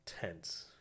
Tense